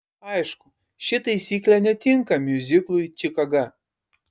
aišku ši taisyklė netinka miuziklui čikaga